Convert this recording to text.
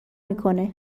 میکنه